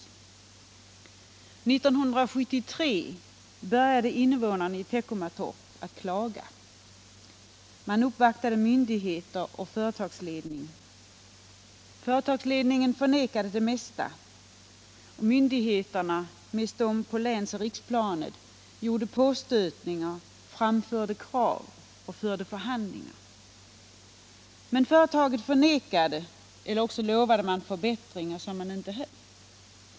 1973 började invånarna i Teckomatorp att klaga. De uppvaktade myndigheter och företagsledning. Företagsledningen förnekade det mesta. Myndigheterna —- främst de på länsogh riksplan — gjorde påstötningar, framförde krav och förde förhandlingar. Men företaget nekade eller också gav man löften om förbättringar som man inte höll.